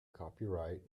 copyright